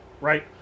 right